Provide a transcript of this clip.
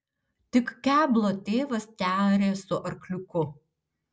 tik keblo tėvas tearė su arkliuku